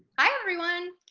hi everyone!